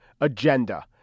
agenda